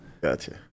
Gotcha